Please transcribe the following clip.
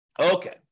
Okay